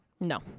no